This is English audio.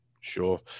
Sure